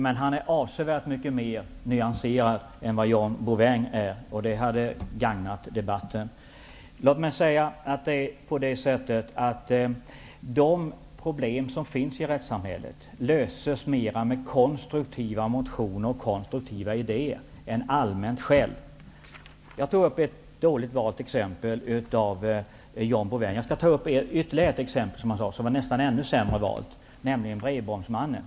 Men han är avsevärt mycket mer nyanserad än Johan Bouvin, och det gagnar debatten. De problem som finns i rättssamhället löses bättre med konstruktiva motioner och idéer än med allmänt skäll. Jag tog upp ett dåligt valt exempel från John Bouvin. Jag skall ta upp ytterligare ett av hans exempel, som var nästan ännu sämre valt, nämligen brevbombsmannen.